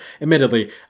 Admittedly